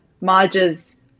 Marge's